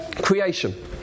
creation